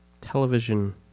television